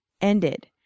ended